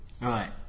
right